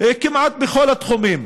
כמעט בכל התחומים,